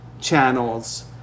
channels